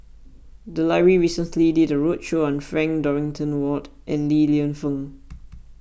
the library recently did a roadshow on Frank Dorrington Ward and Li Lienfung